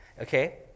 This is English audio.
okay